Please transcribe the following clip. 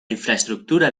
infraestructura